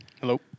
Hello